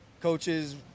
coaches